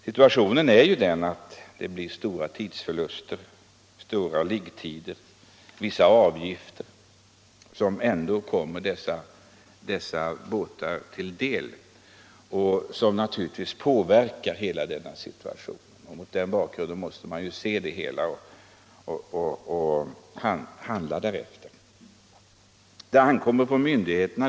De fartyg som nu följer bestämmelserna utsätts för stora tidsförluster, långa liggetider och vissa avgifter, vilket naturligtvis påverkar hela situationen. Mot den bakgrunden måste man se det hela och handla därefter.